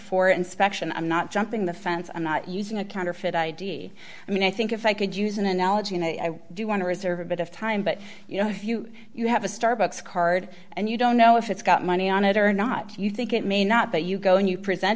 for inspection i'm not jumping the fence i'm not using a counterfeit i d i mean i think if i could use an analogy and i do want to reserve a bit of time but you know if you you have a starbucks card and you don't know if it's got money on it or not you think it may not but you go and you present